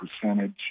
percentage